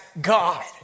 God